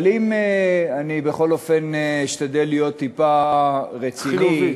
אבל אני, בכל אופן, אשתדל להיות טיפה רציני.